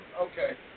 okay